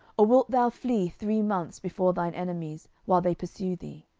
or wilt thou flee three months before thine enemies, while they pursue thee?